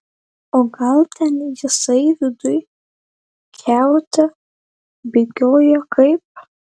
o gal ten jisai viduj kiaute bėgioja kaip